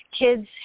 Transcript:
kids